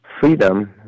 freedom